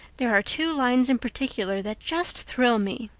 there are two lines in particular that just thrill me.